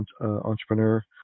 entrepreneur